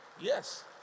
Yes